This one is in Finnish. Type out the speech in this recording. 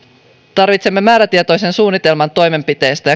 tarvitsemme määrätietoisen suunnitelman toimenpiteistä